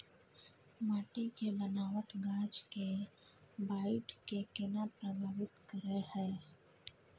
माटी के बनावट गाछ के बाइढ़ के केना प्रभावित करय हय?